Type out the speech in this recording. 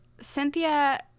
Cynthia